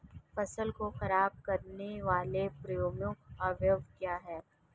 फसल को खराब करने वाले प्रमुख अवयव क्या है?